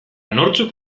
nortzuk